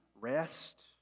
rest